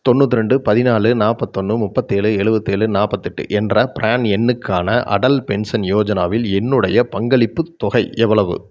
தொண்ணூத்திரெண்டு பதினாலு நாற்பத்தொன்னு முப்பத்தேழு எழுபத்தேழு நாற்பத்தெட்டு என்ற பிரான் எண்ணுக்கான அடல் பென்ஷன் யோஜனாவில் என்னுடைய பங்களிப்புத் தொகை எவ்வளவு